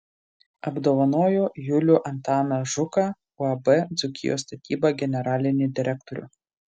apdovanojo julių antaną žuką uab dzūkijos statyba generalinį direktorių